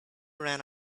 ran